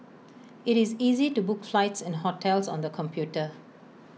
IT is easy to book flights and hotels on the computer